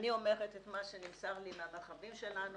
אני אומרת את מה שנמסר לי מהמרחבים שלנו.